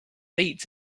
beats